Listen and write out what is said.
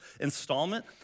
installment